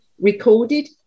recorded